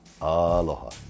Aloha